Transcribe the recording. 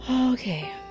Okay